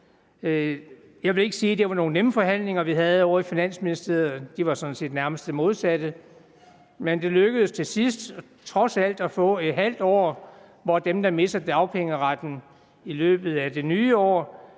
Jeg vil ikke sige, at det var nogle nemme forhandlinger, vi havde ovre i Finansministeriet – de var sådan set nærmest det modsatte – men det lykkedes trods alt til sidst at få ½ år, hvor dem, der mister dagpengeretten i løbet af det nye år,